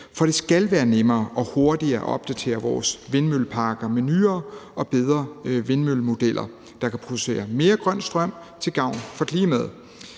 For det skal være nemmere og hurtigere at opdatere vores vindmølleparker med nyere og bedre vindmøllemodeller, der kan producere mere grøn strøm til gavn for klimaet.